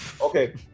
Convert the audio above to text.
okay